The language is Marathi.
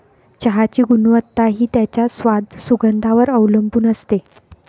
चहाची गुणवत्ता हि त्याच्या स्वाद, सुगंधावर वर अवलंबुन असते